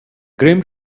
grim